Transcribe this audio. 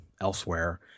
elsewhere